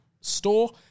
store